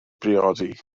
briodi